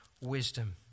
wisdom